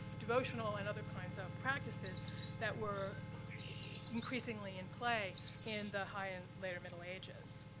devotional and other kinds of practices that were increasingly in play in the high and later middle ages.